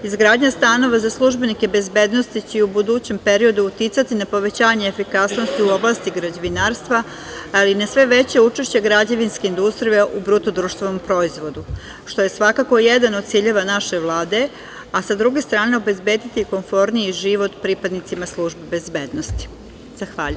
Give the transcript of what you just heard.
Izgradnja stanova za službenike bezbednosti će i u budućem periodu uticati na povećanje efikasnosti u oblasti građevinarstva, ali i na sve veće učešće građevinske industrije u BDP, što je svakako jedan od ciljeva naše Vlade, a sa druge strane obezbediti konforniji život pripadnicima službi bezbednosti.